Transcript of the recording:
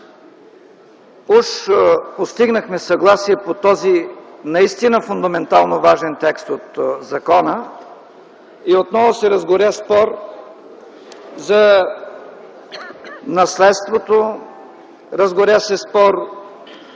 Уж постигнахме съгласие по този наистина фундаментално важен текст от закона и отново се разгоря спор за наследството, разгоря се спор